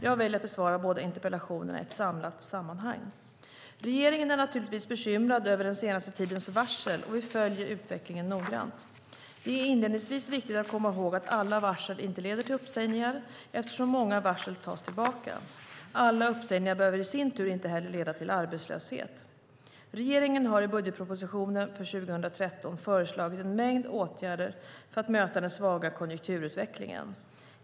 Jag väljer att besvara båda interpellationerna i ett samlat sammanhang. Regeringen är naturligtvis bekymrad över den senaste tidens varsel, och vi följer utvecklingen noggrant. Det är inledningsvis viktigt att komma ihåg att alla varsel inte leder till uppsägningar, eftersom många varsel tas tillbaka. Alla uppsägningar behöver i sin tur inte heller leda till arbetslöshet. Regeringen har i budgetpropositionen för 2013 föreslagit en mängd åtgärder för att möta den svaga konjunkturutvecklingen.